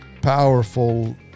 powerful